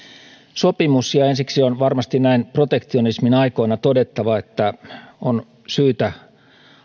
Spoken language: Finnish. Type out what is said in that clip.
sopimus ja ensiksi on näin protektionismin aikoina todettava että on syytä